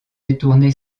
détourné